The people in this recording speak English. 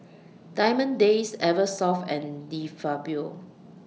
Diamond Days Eversoft and De Fabio